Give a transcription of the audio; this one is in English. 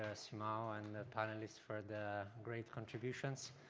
ah simao and panelists for the great contributions.